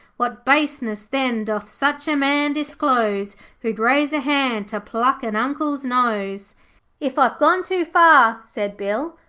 what baseness, then, doth such a man disclose who'd raise a hand to pluck an uncle's nose if i've gone too far said bill,